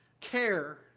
care